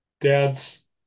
Dad's